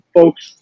folks